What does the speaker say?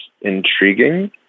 intriguing